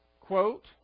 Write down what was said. quote